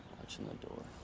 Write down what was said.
watchin' the door.